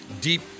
deep